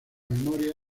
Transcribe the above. memoria